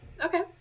Okay